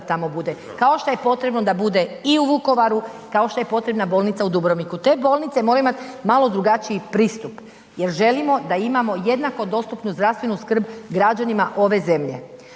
Kao što je potrebno da bude i u Vukovaru, kao što je potrebna bolnica u Dubrovniku. Te bolnice moraju imati malo drugačiji pristup jer želimo da imamo jednako dostupnu zdravstvenu skrb građanima ove zemlje.